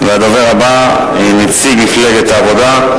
נציג מפלגת העבודה,